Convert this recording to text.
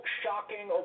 shocking